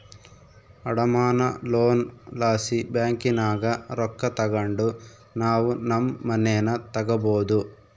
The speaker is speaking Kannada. ಅಡಮಾನ ಲೋನ್ ಲಾಸಿ ಬ್ಯಾಂಕಿನಾಗ ರೊಕ್ಕ ತಗಂಡು ನಾವು ನಮ್ ಮನೇನ ತಗಬೋದು